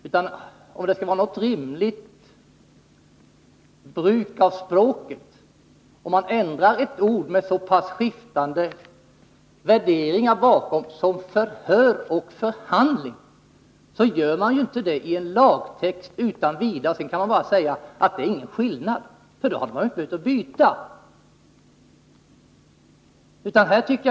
Med iakttagande av ett rimligt språkbruk kan man inte ändra skrivningen i en lagtext från ”förhör” till ett ord med så väsensskild innebörd som ”förhandling” och sedan bara säga att det inte är någon skillnad — i så fall hade man ju inte behövt göra denna ändring.